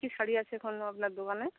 কি শাড়ি আছে এখন আপনার দোকানে